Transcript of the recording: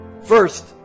First